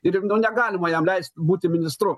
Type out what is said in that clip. ir nu negalima jam leist būti ministru